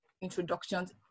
introductions